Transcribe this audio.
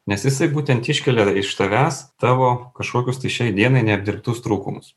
nes jisai būtent iškelia iš tavęs tavo kažkokius tai šiai dienai neapdirbtus trūkumus